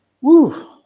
Woo